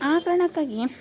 ಆ ಕಾರಣಕ್ಕಾಗಿ